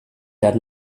der